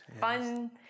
fun